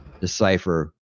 decipher